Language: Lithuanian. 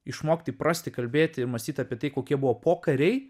išmokti įprasti kalbėti mąstyti apie tai kokie buvo pokariai